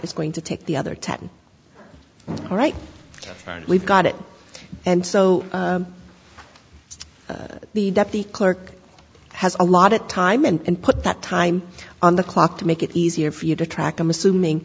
is going to take the other ten all right we've got it and so the dep the clerk has a lot of time and put that time on the clock to make it easier for you to track i'm assuming